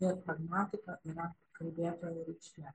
ir pragmatika yra kalbėtojo reikšmė